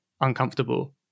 uncomfortable